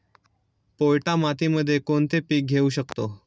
पोयटा मातीमध्ये कोणते पीक घेऊ शकतो?